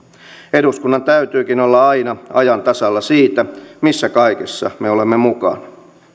eduskunnan täytyykin olla aina ajan tasalla siitä missä kaikessa me olemme mukana